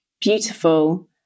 beautiful